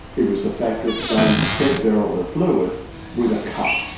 it was the fact that they fed beryl her fluid with a cup,